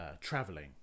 traveling